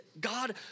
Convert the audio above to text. God